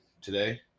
today